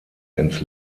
ins